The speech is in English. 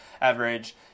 average